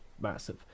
massive